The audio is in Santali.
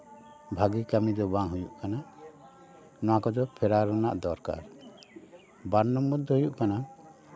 ᱵᱷᱟᱜᱮ ᱠᱟᱹᱢᱤ ᱫᱚ ᱵᱟᱝ ᱦᱩᱭᱩᱜ ᱠᱟᱱᱟ ᱚᱱᱟ ᱠᱚᱫᱚ ᱯᱷᱮᱨᱟᱣ ᱨᱮᱱᱟᱜ ᱫᱚᱨᱠᱟᱨ ᱵᱟᱨ ᱱᱚᱢᱵᱚᱨ ᱫᱚ ᱦᱩᱭᱩᱜ ᱠᱟᱱᱟ